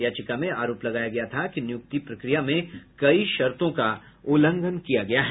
याचिका में आरोप लगाया गया था कि नियुक्ति प्रक्रिया में कई शर्तों का उल्लंघन किया गया है